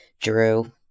Drew